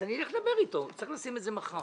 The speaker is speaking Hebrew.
אני אלך לדבר אתו, צריך לשים את זה מחר.